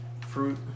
fruit